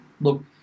look